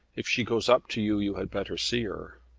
if she goes up to you you had better see her.